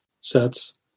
sets